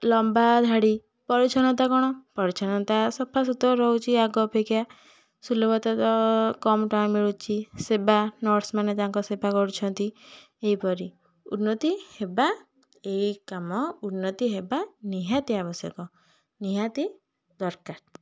ଲମ୍ବାଧାଡ଼ି ପରିଚ୍ଛନ୍ନତା କ'ଣ ପରିଚ୍ଛନ୍ନତା ସଫାସୁତୁରା ରହୁଛି ଆଗ ଅପେକ୍ଷା ସୁଲଭତା କମ୍ ଟଙ୍କାରେ ମିଳୁଛି ସେବା ନର୍ସମାନେ ତାଙ୍କ ସେବା କରୁଛନ୍ତି ଏହିପରି ଉନ୍ନତି ହେବା ଏହି କାମ ଉନ୍ନତି ହେବା ନିହାତି ଆବଶ୍ୟକ ନିହାତି ଦରକାର